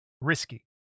risky